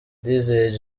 ndizeye